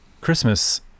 Christmas